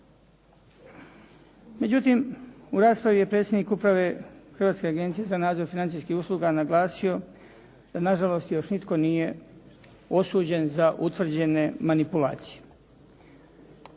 Međutim, u raspravi je predsjednik uprave Hrvatske agencije za nadzor financijskih usluga naglasio da nažalost još nitko nije osuđen za utvrđene manipulacije.